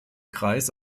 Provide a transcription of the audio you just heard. kreis